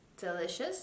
delicious